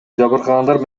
жабыркагандар